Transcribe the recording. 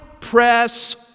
press